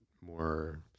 more